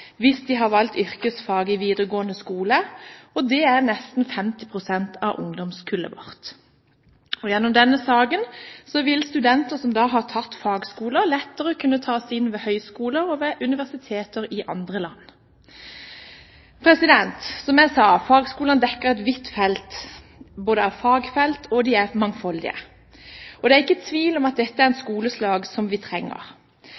hvis man har valgt yrkesfag i videregående skole, og det er det nesten 50 pst. av ungdomskullet vårt som har. Gjennom denne saken vil studenter som har tatt fagskoler, lettere kunne tas inn ved høyskoler og ved universiteter i andre land. Som jeg sa: Fagskolene dekker et vidt felt fagfelt, og de er mangfoldige. Det er ikke tvil om at dette er et skoleslag som vi trenger.